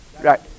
Right